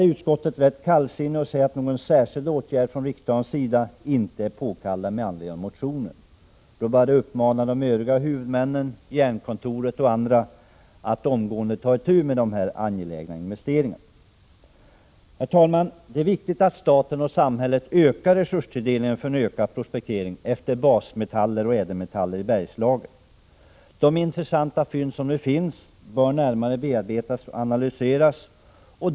Men utskottet är rätt kallsinnigt och säger att någon särskild åtgärd från riksdagens sida inte är påkallad med anledning av motionen. Jag vill då uppmana de övriga huvudmännen, Jernkontoret och andra, att omgående ta itu med de här angelägna investeringarna. Herr talman! Det är viktigt att samhället ökar resurstilldelningen för en ökad prospektering efter basmetaller och ädelmetaller i Bergslagen. Det finns en rad intressanta fynd som nu bör bearbetas och analyseras.